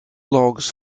logs